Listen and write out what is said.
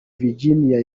virginia